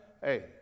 Hey